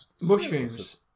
mushrooms